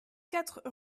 quatre